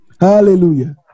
Hallelujah